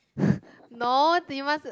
no